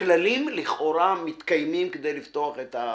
הכללים לכאורה מתקיימים כדי לפתוח את הבנק.